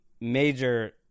major